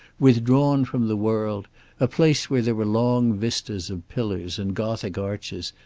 withdrawn from the world a place where there were long vistas of pillars and gothic arches,